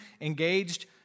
engaged